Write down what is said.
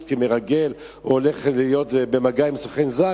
כמרגל או הולך להיות במגע עם סוכן זר.